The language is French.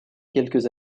quelques